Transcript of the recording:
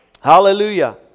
Hallelujah